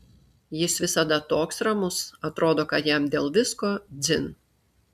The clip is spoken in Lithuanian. jis visada toks ramus atrodo kad jam dėl visko dzin